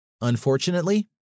Unfortunately